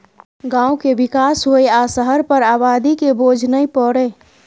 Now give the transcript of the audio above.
गांव के विकास होइ आ शहर पर आबादी के बोझ नइ परइ